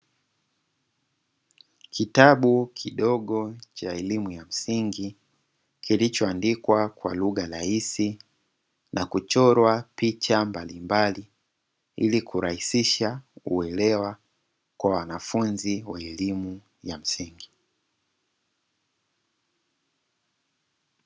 Kitabu kidogo cha elimu ya msingi kilichoandikwa kwa lugha rahisi na kuchorwa picha mbali mbali, ili kurahisisha uwelewa kwa wanafunzi wa elimu ya msingi.